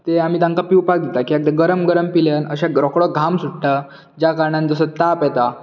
तें आमी तांकां पिवपाक दितात कित्याक तें अशें गरम गरम पिल्यार अशें रोखडो घाम सुट्टा ज्या कारणान असो ताप येता